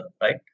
right